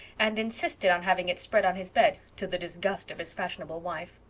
and insisted on having it spread on his bed, to the disgust of his fashionable wife.